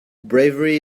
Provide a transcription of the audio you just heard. bravery